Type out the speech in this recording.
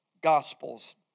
Gospels